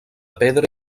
pedra